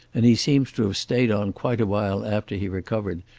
and he seems to have stayed on quite a while after he recovered,